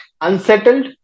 unsettled